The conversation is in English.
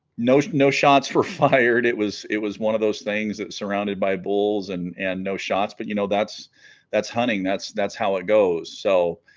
no snow shots were fired it was it was one of those things that surrounded by bulls and and no shots but you know that's that's hunting that's that's how it goes so